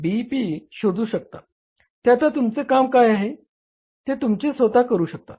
P शोधू शकतो ते आता तुमचे काम आहे व ते तुम्ही स्वतः करू शकता